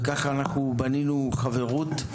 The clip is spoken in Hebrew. וככה אנחנו בנינו חברות,